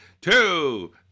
two